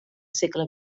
segle